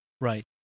Right